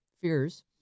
fears